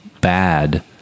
bad